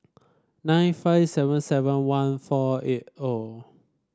nine five seven seven one four eight O